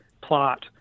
plot—